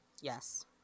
Yes